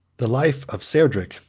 the life of cerdic,